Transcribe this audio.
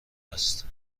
است